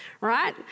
right